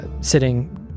Sitting